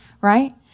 right